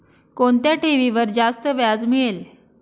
कोणत्या ठेवीवर जास्त व्याज मिळेल?